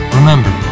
Remember